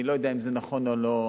אני לא יודע אם זה נכון או לא,